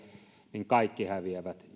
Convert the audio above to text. niin kaikki häviävät